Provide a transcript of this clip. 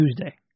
Tuesday